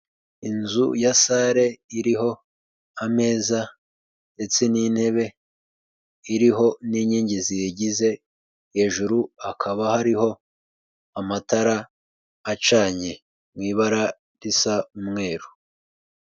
Inzu ya sare iriho ameza ndetse n'intebe, iriho n'inkingi ziyigize. Hejuru hakaba hariho amatara acanye mu ibara risa umweru.